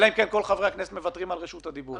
אלא אם כן כל חברי הכנסת מוותרים על רשות הדיבור...